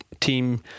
team